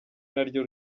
naryo